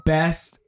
best